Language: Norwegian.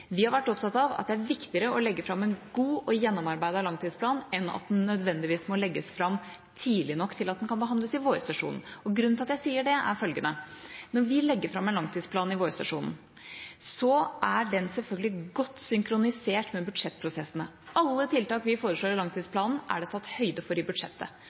Vi har vært opptatt av at det er viktigere å legge fram en god og gjennomarbeidet langtidsplan enn at den nødvendigvis må legges fram tidlig nok til at den kan behandles i vårsesjonen. Grunnen til at jeg sier det, er følgende: Når vi legger fram en langtidsplan i vårsesjonen, er den selvfølgelig godt synkronisert med budsjettprosessene. Alle tiltak vi foreslår i langtidsplanen, er det tatt høyde for i budsjettet.